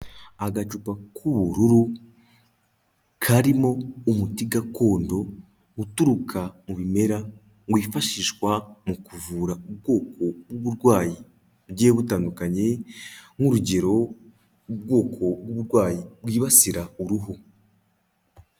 Agacupa k'ubururu karimo umuti gakondo uturuka mu bimera, wifashishwa mu kuvura ubwoko bw’uburwayi bugiye butandukanye nk'urugero ubwoko bw'uburwayi bwibasira uruhu.